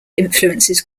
influences